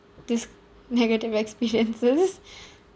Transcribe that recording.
this negative experiences